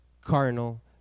carnal